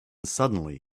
suddenly